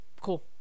cool